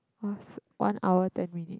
was one hour ten minute